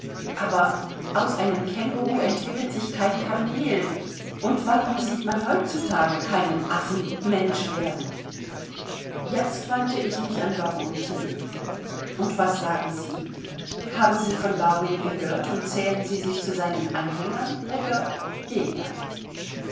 aber aus einem känguruh entwickelt sich kein kameel und warum sieht man heutzutage keinen affen mensch werden jetzt wandte ich mich an baron tilling und was sagen sie haben sie von darwin gehört und zählen sie sich zu seinen anhängern oder gegnern